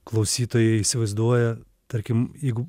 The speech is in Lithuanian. klausytojai įsivaizduoja tarkim jeigu